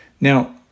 Now